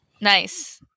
Nice